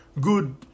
good